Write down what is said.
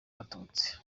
abatutsi